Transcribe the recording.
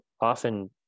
often